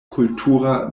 kultura